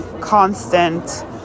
constant